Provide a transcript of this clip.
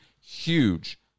huge